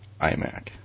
iMac